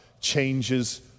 changes